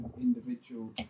individual